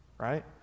Right